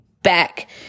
Back